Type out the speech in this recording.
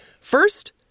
First